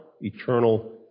eternal